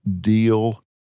deal